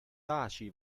taci